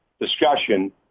discussion